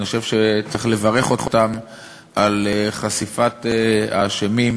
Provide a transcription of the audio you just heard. אני חושב שצריך לברך אותם על חשיפת אשמים,